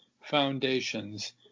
foundations